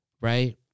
right